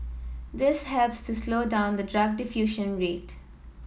this helps to slow down the drug diffusion rate